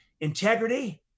Integrity